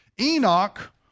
Enoch